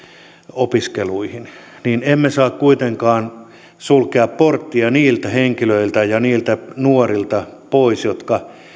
opiskeluihin niin emme saa kuitenkaan sulkea pois porttia niiltä henkilöiltä ja niiltä nuorilta jotka